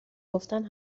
گفتن